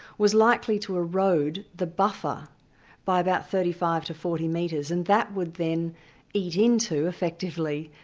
was likely to erode the buffer by about thirty five to forty metres, and that would then eat into, effectively,